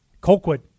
colquitt